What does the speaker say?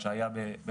אני מקווה,